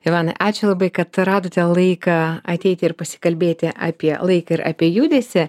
ivanai ačiū labai kad radote laiką ateiti ir pasikalbėti apie laiką ir apie judesį